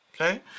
Okay